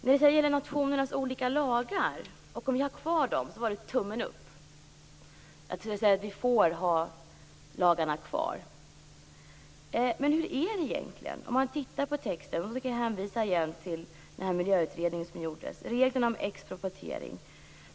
Vad gäller nationernas olika lagar gjorde Leif Pagrotsky tummen upp, dvs. de får finnas kvar. Men hur är det egentligen? Jag vill på nytt hänvisa till den miljöutredning som gjordes.